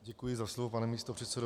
Děkuji za slovo, pane místopředsedo.